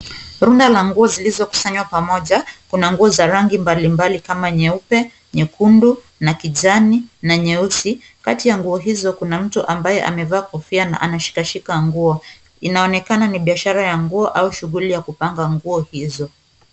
Rundo la nguo zilizokusanywa pamoja. Kuna nguo za rangi mbali mbali kama nyeupe, nyekundu na kijani na nyeusi. Kati ya nguo hizo kuna mtu ambaye amevaa kofua na ana shiks shika nguo. Inaonekana ni biashara ya nguo au shughuli ya kupanga nguo hizo.